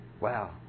Wow